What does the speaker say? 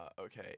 Okay